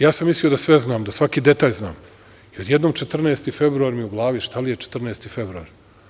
Ja sam mislio da sve znam, da svaki detalj znam, i odjednom 14. februar mi u glavi, šta li je 14. februar?